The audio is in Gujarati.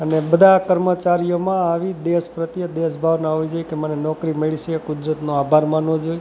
અને બધા કર્મચારીઓમાં આવી દેશ પ્રત્યે દેશ ભાવના હોવી જોઈએ કે મને નોકરી મળી છે કુદરતનો આભાર માનવો જોઈએ